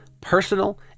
personal